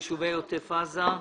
ביישובי עוטף עזה.